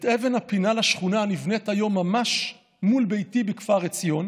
את אבן הפינה לשכונה הנבנית היום ממש מול ביתי בכפר עציון